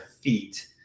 feet